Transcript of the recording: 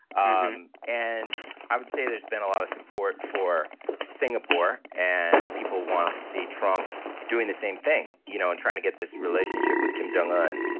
um and i would say there's been a lot of support for singapore. and people wanted to see trump doing the same thing, you know, in trying to get this relationship with kim jong un.